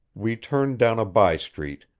we turned down a by-street,